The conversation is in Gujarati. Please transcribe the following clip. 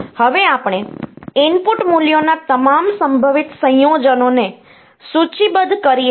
હવે આપણે આ ઇનપુટ મૂલ્યોના તમામ સંભવિત સંયોજનોને સૂચિબદ્ધ કરીએ છીએ